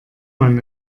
man